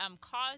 cause